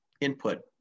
input